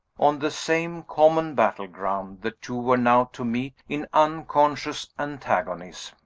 on the same common battle-ground the two were now to meet in unconscious antagonism.